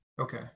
Okay